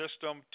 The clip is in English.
system